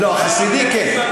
החסידי, כן.